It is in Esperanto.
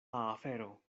afero